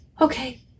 okay